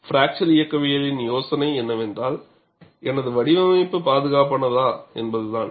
fracture இயக்கவியலின் யோசனை என்னவென்றால் எனது வடிவமைப்பு பாதுகாப்பானதா என்பதுதான்